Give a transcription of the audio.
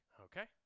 okay